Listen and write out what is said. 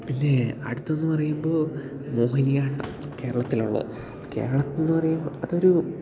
പിന്നെ അടുത്തതെന്ന് പറയുമ്പോൾ മോഹിനിയാട്ടം കേരളത്തിൽ ഉള്ളത് കേരളത്തിൽ എന്ന് പറയുമ്പോൾ അതൊരു